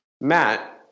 Matt